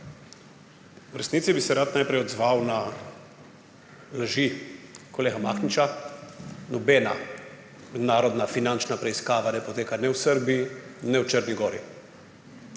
V resnici bi se rad najprej odzval na laži kolega Mahniča. Nobena mednarodna finančna preiskava ne poteka ne v Srbiji ne v Črni gori,